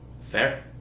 Fair